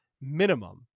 minimum